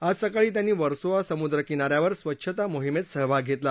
आज सकाळी त्यांनी वर्सोवा समुद्रकिना यावर स्वच्छाता मोहिमेत सहभाग घेतला